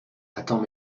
attends